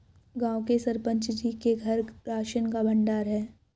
गांव के सरपंच जी के घर राशन का भंडार है